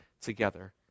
together